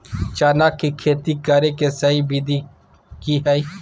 चना के खेती करे के सही विधि की हय?